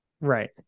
Right